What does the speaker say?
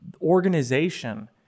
organization